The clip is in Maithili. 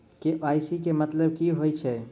के.वाई.सी केँ मतलब की होइ छै?